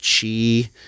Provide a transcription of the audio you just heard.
chi